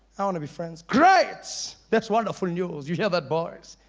i want to be friends. great, that's wonderful news. you hear that boys?